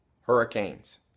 hurricanes